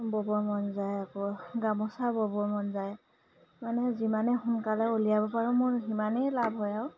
ব'ব মন যায় আকৌ গামোচা ব'ব মন যায় মানে যিমানে সোনকালে উলিয়াব পাৰোঁ মোৰ সিমানেই লাভ হয় আৰু